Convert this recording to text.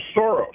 Soros